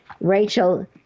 Rachel